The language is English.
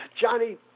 Johnny